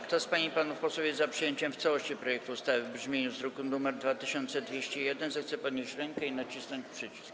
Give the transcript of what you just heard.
Kto z pań i panów posłów jest za przyjęciem w całości projektu ustawy w brzmieniu z druku nr 2201, zechce podnieść rękę i nacisnąć przycisk.